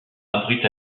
abrite